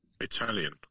Italian